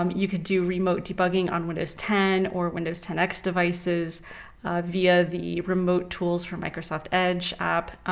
um you could do remote debugging on windows ten or windows ten x devices via the remote tools for microsoft edge app.